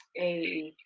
a